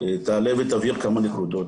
תעלה ותעביר כמה נקודות.